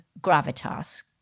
gravitas